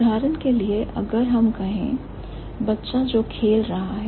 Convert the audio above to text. उदाहरण के लिए अगर हम कहें बच्चा जो खेल रहा है